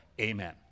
amen